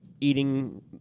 eating